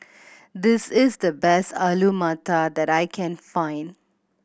this is the best Alu Matar that I can find